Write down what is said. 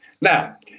Now